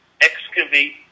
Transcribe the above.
excavate